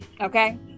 okay